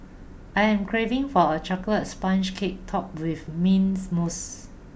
I am craving for a chocolate sponge cake topped with mint mousse